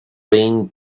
been